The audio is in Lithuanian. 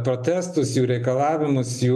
protestus jų reikalavimus jų